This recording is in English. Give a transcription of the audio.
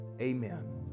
Amen